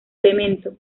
elemento